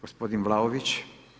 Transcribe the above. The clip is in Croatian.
Gospodin Vlaović.